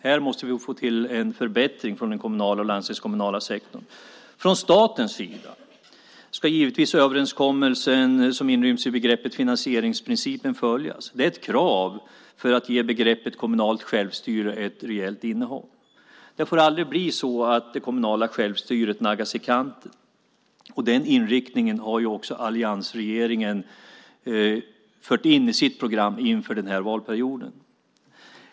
Här måste vi få till en förbättring från den kommunala och landstingskommunala sektorn. Från statens sida ska givetvis överenskommelsen som inryms i begreppet finansieringsprincipen följas. Det är ett krav för att ge begreppet kommunalt självstyre ett reellt innehåll. Det får aldrig bli så att det kommunala självstyret naggas i kanten. Den inriktningen har också alliansregeringen fört in i sitt program inför den här valperioden.